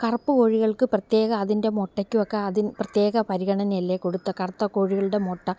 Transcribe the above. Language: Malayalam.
കറുപ്പ് കോഴികൾക്ക് പ്രത്യേക അതിൻ്റെ മുട്ടക്കുമൊക്കെ അതിൽ പ്രത്യേക പരിഗണനയല്ലെ കൊടുത്ത കറുത്ത കോഴികളുടെ മുട്ട